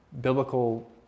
biblical